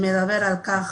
שמדבר על כך